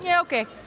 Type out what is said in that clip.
yeah okay.